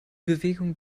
bewegung